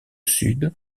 sud